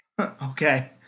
Okay